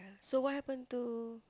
so what happen to